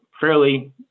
fairly